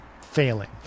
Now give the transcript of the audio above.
failing